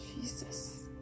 Jesus